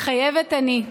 מתחייבת אני.